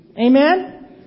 Amen